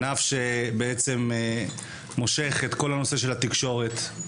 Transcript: ענף שמושך את התקשורת,